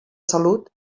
salut